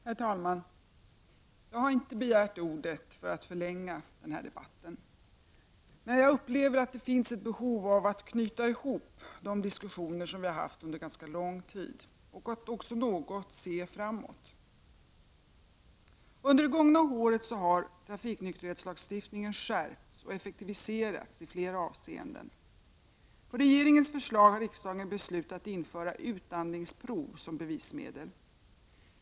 Herr talman! Jag har inte begärt ordet för att förlänga den här debatten. Men jag upplever att det finns ett behov av att knyta ihop de diskussioner som vi har haft under ganska lång tid, och också något se framåt. Under det gångna året har trafiknykterhetslagstiftningen skärpts och effektiviserats i flera avseenden. På regeringens förslag har riksdagen beslutat införa utandningsprov som bevismedel.